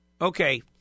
Okay